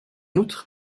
outre